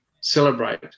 celebrate